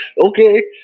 okay